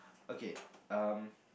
okay um